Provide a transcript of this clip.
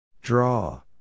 Draw